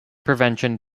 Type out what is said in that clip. prevention